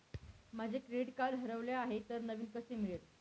माझे credit card हरवले आहे तर नवीन कसे मिळेल?